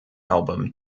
album